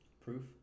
Proof